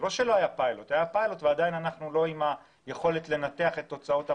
היה פיילוט ועדיין לא ניתחנו את משמעות תוצאותיו.